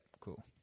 cool